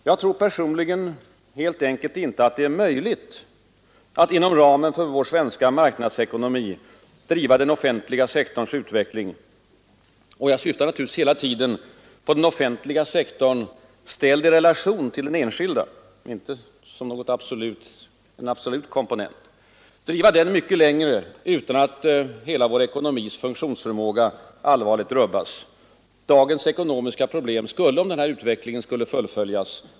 Jag tror personligen helt enkelt inte att det är möjligt att inom ramen för vår svenska marknadsekonomi driva den offentliga sektorns utveckling — och jag syftar naturligtvis hela tiden på den offentliga sektorn ställd i relation till den enskilda, inte som en absolut komponent — mycket längre utan att hela vår ekonomis funktionsförmåga allvarligt rubbas. Dagens ekonomiska problem skulle mångdubblas, om denna utveckling fullföljdes.